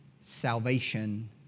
salvation